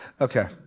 Okay